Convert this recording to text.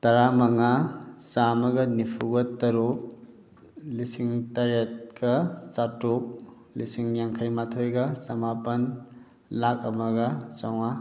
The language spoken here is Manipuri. ꯇꯔꯥ ꯃꯉꯥ ꯆꯥꯝꯃꯒ ꯅꯤꯐꯨꯒ ꯇꯔꯨꯛ ꯂꯤꯁꯤꯡ ꯇꯔꯦꯠꯀ ꯆꯥꯇ꯭ꯔꯨꯛ ꯂꯤꯁꯤꯡ ꯌꯥꯡꯈꯩ ꯃꯥꯊꯣꯏꯒ ꯆꯃꯥꯄꯟ ꯂꯥꯛ ꯑꯃꯒ ꯆꯥꯝꯃꯉꯥ